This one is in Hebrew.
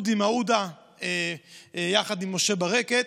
לאודי מעודה, יחד עם משה ברקת,